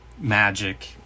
magic